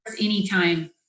anytime